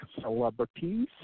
celebrities